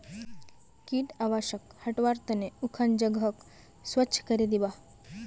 कीट आवासक हटव्वार त न उखन जगहक स्वच्छ करे दीबा